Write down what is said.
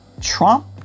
Trump